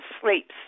sleeps